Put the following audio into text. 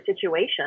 situation